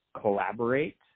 collaborate